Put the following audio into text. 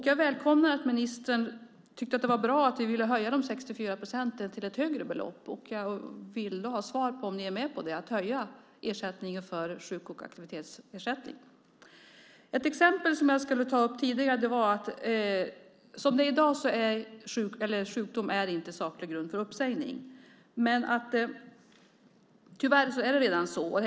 Jag välkomnar att ministern tycker att det är bra att vi vill höja de 64 procenten till en högre nivå. Jag vill då ha svar på om ni är med på att höja sjuk och aktivitetsersättningen. I dag är sjukdom inte saklig grund för uppsägning, men tyvärr är det så ändå.